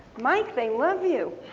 mike, they love you.